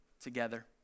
together